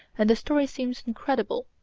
and the story seems incredible.